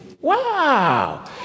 Wow